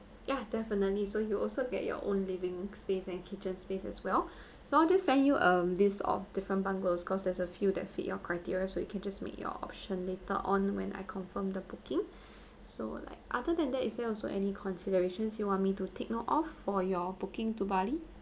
ya definitely so you also get your own living space and kitchen space as well so I'll just send you a list of different bungalows cause there's a few that fit your criteria so you can just make your option later on when I confirm the booking so like other than that is there also any considerations you want me to take note of for your booking to bali